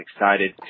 excited